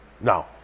No